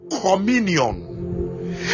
communion